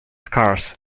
scarce